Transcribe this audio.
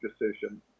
decision